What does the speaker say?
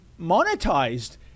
monetized